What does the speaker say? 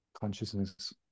consciousness